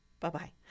Bye-bye